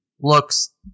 Looks